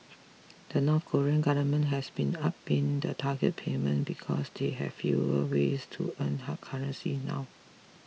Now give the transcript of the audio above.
the North Korean government has been upping the target payment because they have fewer ways to earn hard currency now